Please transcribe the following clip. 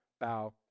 bow